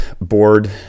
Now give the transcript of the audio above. board